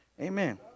Amen